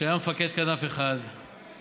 שהיה מפקד כנף 1 והיה